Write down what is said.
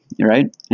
right